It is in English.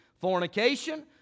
fornication